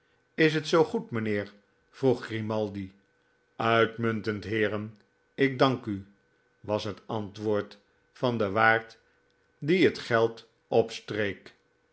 is het zoo goed mijnheer vroeg grimaldi uitmuntend heeren ik dank u was het antwoord van den waard die het geld opstreek